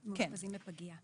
כן, מאושפזים בפגייה.